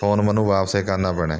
phone ਮੈਨੂੰ ਵਾਪਸੇ ਕਰਨਾ ਪੈਣਾ